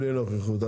בלי נוכחות.